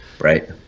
Right